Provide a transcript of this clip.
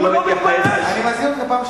חבר הכנסת בן-ארי, אני מזהיר אותך פעם ראשונה.